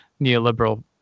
neoliberal